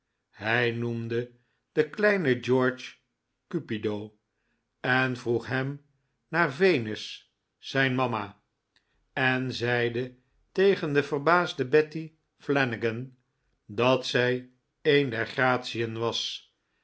hij noemde den kleinen george cupido en vroeg hem naar venus zijn mama en zeide tegen de verbaasde betty flanagan dat zij een der gratien was